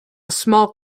small